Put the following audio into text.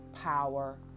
power